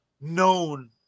known